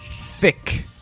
thick